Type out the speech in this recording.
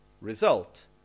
result